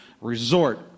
resort